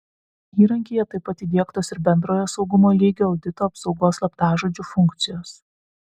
įrankyje taip pat įdiegtos ir bendrojo saugumo lygio audito apsaugos slaptažodžiu funkcijos